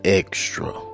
extra